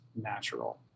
natural